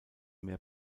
mehr